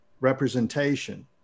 representation